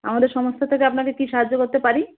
আমাদের সংস্থা থেকে আপনাকে কী সাহায্য করতে পারি